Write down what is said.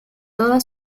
toda